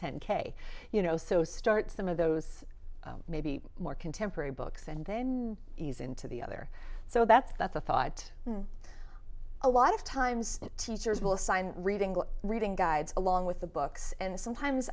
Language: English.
ten k you know so start some of those maybe more contemporary books and then ease into the other so that's the thought a lot of times teachers will sign reading reading guides along with the books and sometimes